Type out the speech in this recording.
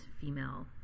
female